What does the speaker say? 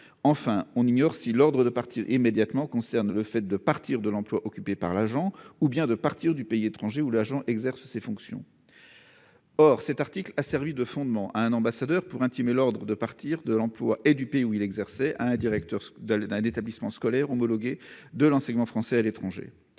Enfin, on ignore si l'ordre de partir immédiatement concerne le fait de quitter l'emploi occupé par l'agent ou bien le pays étranger où l'agent exerce ses fonctions. Or cet article a servi de fondement à un ambassadeur pour intimer l'ordre de quitter l'emploi et le pays où il exerçait au directeur d'un établissement scolaire homologué de l'enseignement français à l'étranger.